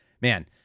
man